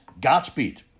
Godspeed